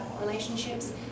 relationships